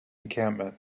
encampment